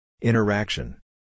Interaction